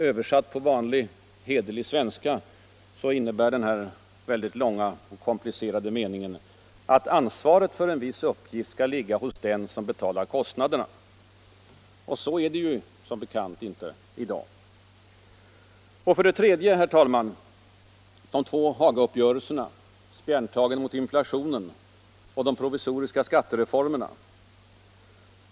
Översatt till vanlig hederlig svenska innebär den här väldigt långa och komplicerade meningen att ansvaret för en viss uppgift skall ligga hos den som betalar kostnaderna. Och så är det, som bekant, inte i dag. Och för det tredje, herr talman, har vi de två Hagauppgörelserna — spjärntagen mot inflationen — och de provisoriska skattereformerna!